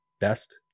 Best